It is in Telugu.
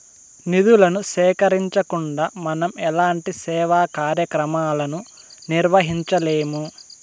నిధులను సేకరించకుండా మనం ఎలాంటి సేవా కార్యక్రమాలను నిర్వహించలేము